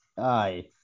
Aye